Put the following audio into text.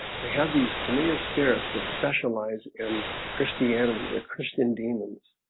they have these familiar spirits that specialize in christianity their christian demons